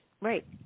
right